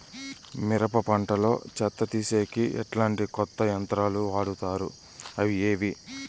మిరప పంట లో చెత్త తీసేకి ఎట్లాంటి కొత్త యంత్రాలు వాడుతారు అవి ఏవి?